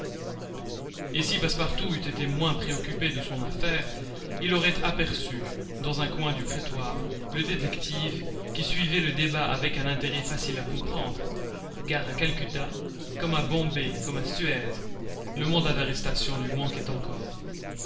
et si passepartout eût été moins préoccupé de son affaire il aurait aperçu dans un coin du prétoire le détective qui suivait le débat avec un intérêt facile à comprendre car à calcutta comme à bombay comme à suez le mandat d'arrestation lui manquait encore